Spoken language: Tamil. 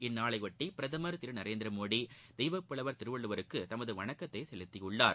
இந்நாளைபொட்டி பிரதம் திரு நரேந்திர மோடி தெய்வப்புலவர் திருவள்ளுவருக்கு தமது வணக்கத்தை செலுத்தியுள்ளார்